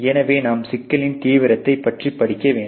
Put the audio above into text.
எனவே நாம் சிக்கலின் தீவிரத்தை பற்றி படிக்க வேண்டும்